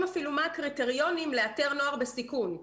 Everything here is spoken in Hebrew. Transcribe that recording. אפילו מה הקריטריונים לאתר נוער בסיכון.